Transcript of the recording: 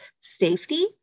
safety